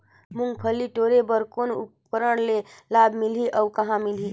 मुंगफली टोरे बर कौन उपकरण ले लाभ मिलही अउ कहाँ मिलही?